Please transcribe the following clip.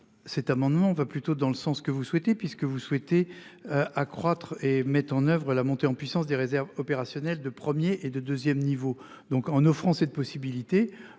Cet amendement va plutôt dans le sens que vous souhaitez, puisque vous souhaitez. Accroître et mettent en oeuvre la montée en puissance des réserves opérationnelles de 1er et de 2ème niveau donc en offrant cette possibilité.